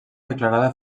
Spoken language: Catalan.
declarada